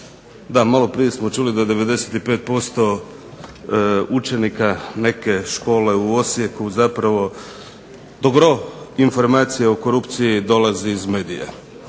Da, maloprije smo čuli da 95% učenika neke škole u Osijeku zapravo do gro informacija o korupciji dolazi iz medija.